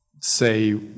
say